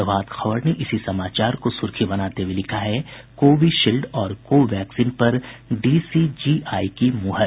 प्रभात खबर ने इसी समाचार को सुर्खी बनाते हुये लिखा है कोविशील्ड और को वैक्सीन पर डी सी जी आई की मुहर